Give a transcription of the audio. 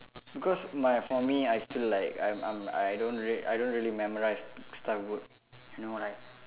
cause my for me I feel like I'm I'm I don't re~ I don't really memorise stuff good you know like